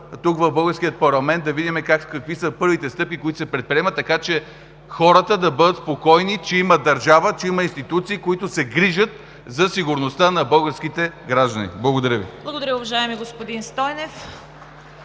Благодаря, уважаеми господин Велков.